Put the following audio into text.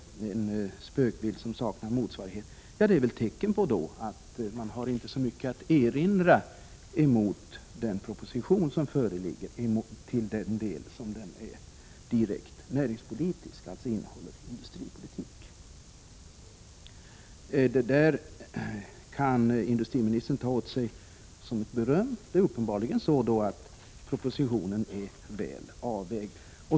Det är en spökbild som saknar motsvarighet i verkligheten och är väl ett tecken på att man inte har så mycket att erinra emot den proposition som föreligger, i den näringspolitiska delen, alltså den som handlar om industripolitiken. Detta kan industriministern ta åt sig som beröm. Propositionen är uppenbarligen väl avvägd.